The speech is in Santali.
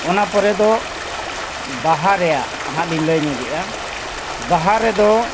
ᱚᱱᱟ ᱯᱚᱨᱮ ᱫᱚ ᱵᱟᱦᱟ ᱨᱮᱭᱟᱜ ᱱᱟᱦᱟᱸᱜ ᱞᱤᱧ ᱞᱟᱹᱭ ᱧᱚᱜᱮᱫᱼᱟ ᱵᱟᱦᱟ ᱨᱮᱫᱚ